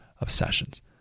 obsessions